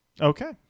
Okay